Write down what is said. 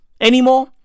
anymore